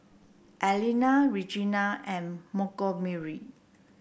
Alina Regina and Montgomery